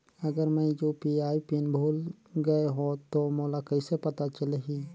अगर मैं UPI PIN भुल गये हो तो मोला कइसे पता चलही?